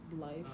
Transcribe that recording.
life